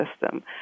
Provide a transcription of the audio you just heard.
system